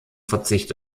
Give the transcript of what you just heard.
verzicht